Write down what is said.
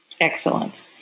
Excellent